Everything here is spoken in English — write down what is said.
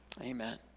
amen